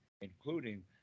including